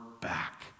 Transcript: back